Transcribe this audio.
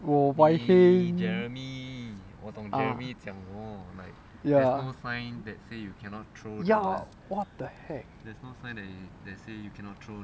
有 wai heng ah ya ya what the heck